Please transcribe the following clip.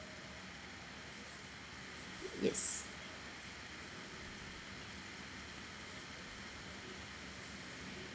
yes